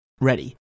Ready